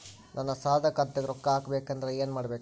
ನನ್ನ ಸಾಲದ ಖಾತಾಕ್ ರೊಕ್ಕ ಹಾಕ್ಬೇಕಂದ್ರೆ ಏನ್ ಮಾಡಬೇಕು?